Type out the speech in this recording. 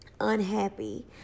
unhappy